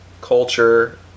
culture